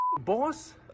boss